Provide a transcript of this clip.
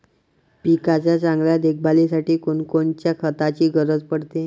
पिकाच्या चांगल्या देखभालीसाठी कोनकोनच्या खताची गरज पडते?